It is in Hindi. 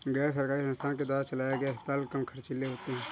गैर सरकारी संस्थान के द्वारा चलाये गए अस्पताल कम ख़र्चीले होते हैं